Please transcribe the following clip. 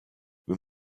good